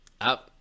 Up